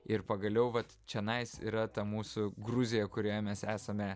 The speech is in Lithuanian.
ir pagaliau vat čenais yra ta mūsų gruzija kurioje mes esame